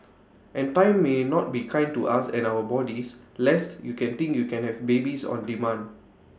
and time may not be kind to us and our bodies lest you can think you can have babies on demand